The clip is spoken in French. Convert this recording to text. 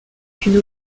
qu’une